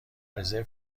رزرو